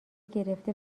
گرفته